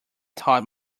taught